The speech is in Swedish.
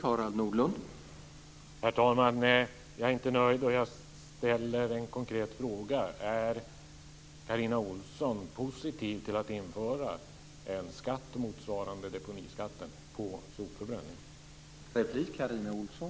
Herr talman! Jag är inte nöjd, och jag ställer en konkret fråga: Är Carina Ohlsson positiv till att införa en skatt på sopförbränning motsvarande deponiskatten?